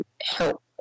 help